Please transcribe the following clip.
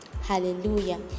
Hallelujah